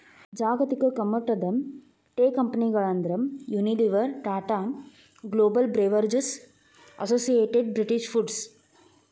ಜಾಗತಿಕಮಟ್ಟದ ಟೇಕಂಪೆನಿಗಳಂದ್ರ Unilever, Tata Global Beverages, Associated British foods